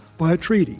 by a treaty,